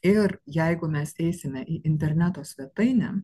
ir jeigu mes eisime į interneto svetainę